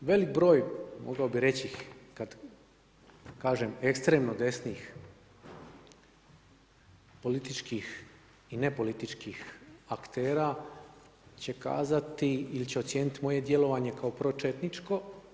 Velik broj mogao bih reći kad kažem ekstremno desnih političkih i nepolitičkih aktera će kazati ili će ocijeniti moje djelovanje kao pročetničko.